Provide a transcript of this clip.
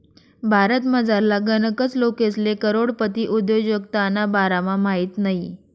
भारतमझारला गनच लोकेसले करोडपती उद्योजकताना बारामा माहित नयी